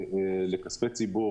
לכספי ציבור.